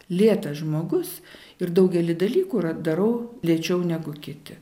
lėtas žmogus ir daugelį dalykų ra darau lėčiau negu kiti